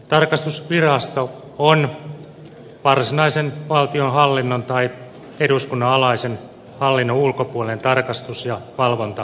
tarkastusvirasto on varsinaisen valtionhallinnon tai eduskunnan alaisen hallinnon ulko puolinen tarkastus ja valvontaviranomainen